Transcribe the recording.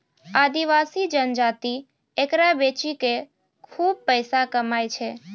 आदिवासी जनजाति एकरा बेची कॅ खूब पैसा कमाय छै